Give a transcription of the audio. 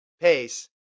pace